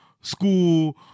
school